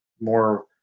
more